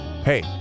hey